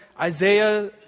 Isaiah